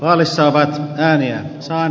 alisoiva ääni on